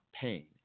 pain